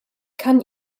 kann